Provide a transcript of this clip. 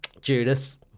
Judas